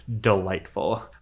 delightful